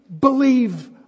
Believe